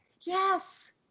Yes